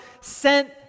sent